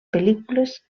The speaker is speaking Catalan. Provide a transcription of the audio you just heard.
pel·lícules